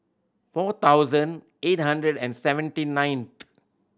four thousand eight hundred and seventy nine